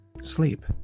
sleep